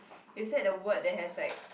you said a word that has like